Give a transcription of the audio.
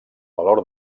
valor